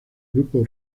grupo